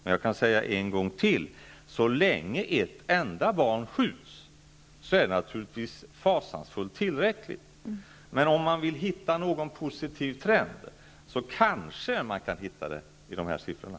Men jag kan säga det en gång till: Så länge ett enda barn skjuts är det tillräckligt fasansfullt. Om man vill hitta en positiv trend kan man kanske göra det i de här siffrorna.